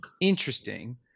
Interesting